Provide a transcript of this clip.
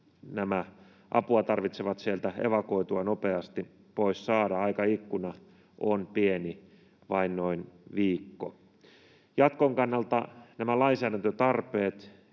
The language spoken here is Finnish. apua tarvitsevat saadaan sieltä nopeasti pois evakuoitua. Aikaikkuna on pieni, vain noin viikko. Jatkon kannalta nämä lainsäädäntötarpeet